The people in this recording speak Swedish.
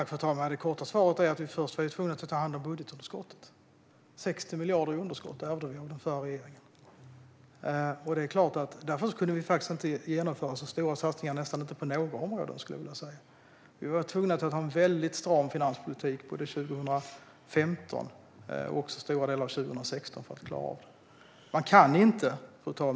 Fru talman! Det korta svaret är att vi först var tvungna att ta hand om budgetunderskottet. Vi ärvde ett budgetunderskott på 60 miljarder från den förra regeringen. Därför kunde vi faktiskt inte genomföra så stora satsningar på i stort sett några områden. Vi var tvungna att föra en mycket stram finanspolitik både 2015 och stora delar av 2016 för att klara av detta. Fru talman!